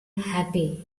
happy